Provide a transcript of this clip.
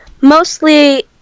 Mostly